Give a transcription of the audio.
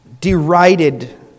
derided